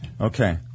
Okay